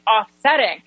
offsetting